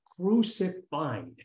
crucified